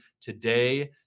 today